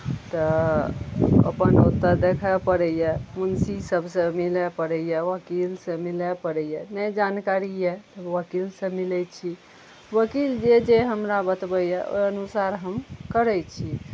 तऽ अपन ओतय देखय पड़ैए मुंशी सभसँ मिलए पड़ैए वकीलसँ मिलए पड़ैए नहि जानकारी यए तऽ वकीलसँ मिलै छी वकील जे जे हमरा बतबैए ओहि अनुसार हम करै छी